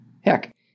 Heck